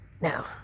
now